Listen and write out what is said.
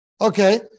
Okay